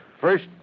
First